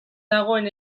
dagoen